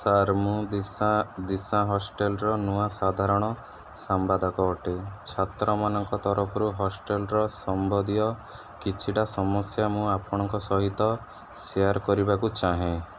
sir ମୁଁ ଦିଶା ଦିଶା ହଷ୍ଟେଲ୍ର ନୂଆ ସାଧାରଣ ସମ୍ପାଦକ ଅଟେ ଛାତ୍ରମାନଙ୍କ ତରଫରୁ ହଷ୍ଟେଲ୍ର ସମ୍ବନ୍ଧୀୟ କିଛିଟା ସମସ୍ୟା ମୁଁ ଆପଣଙ୍କ ସହିତ ସେୟାର୍ କରିବାକୁ ଚାହେଁ